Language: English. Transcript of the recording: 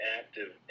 active